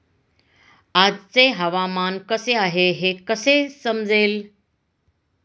आजचे हवामान कसे आहे हे कसे समजेल?